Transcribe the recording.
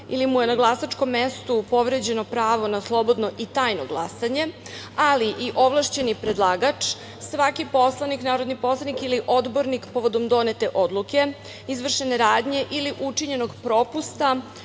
ili mu je na glasačkom mestu povređeno pravo na slobodno i tajno glasanje, ali i ovlašćeni predlagač, svaki poslanik, narodni poslanik ili odbornik povodom donete odluke, izvršene radnje ili učinjenog propusta